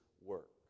work